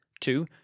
Two